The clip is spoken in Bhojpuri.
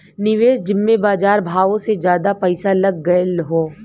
निवेस जिम्मे बजार भावो से जादा पइसा लग गएल हौ